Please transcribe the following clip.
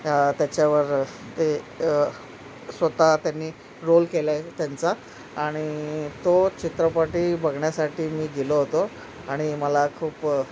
हा त्याच्यावर ते स्वतः त्यांनी रोल केलं आहे त्यांचा आणि तो चित्रपटही बघण्यासाठी मी गेलो होतो आणि मला खूप